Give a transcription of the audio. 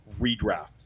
redraft